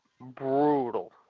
brutal